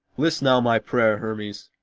list now my prayer, hermes,